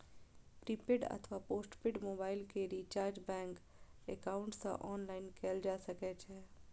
prepaid अथवा postpaid mobile के recharge bank account सं ऑनलाइन कैल जा सकै छै